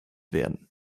werden